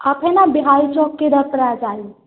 आप है न बिहारी चौक के इधर पर आ जाइए